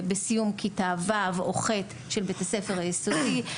בסיום כיתה ו' או ח' של בית הספר היסודי,